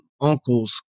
uncle's